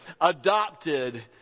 adopted